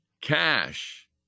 cash